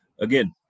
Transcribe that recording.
again